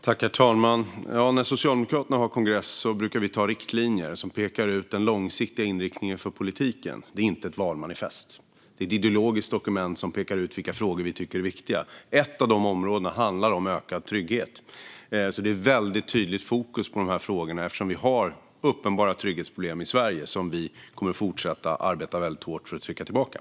Herr talman! När Socialdemokraterna har kongress brukar vi anta riktlinjer som pekar ut den långsiktiga inriktningen för politiken. Det är inte ett valmanifest. Det är ett ideologiskt dokument som pekar ut vilka frågor vi tycker är viktiga. Ett av de områdena handlar om ökad trygghet. Det är ett väldigt tydligt fokus på de här frågorna, eftersom vi har uppenbara trygghetsproblem i Sverige som vi kommer att fortsätta arbeta väldigt hårt för att trycka tillbaka.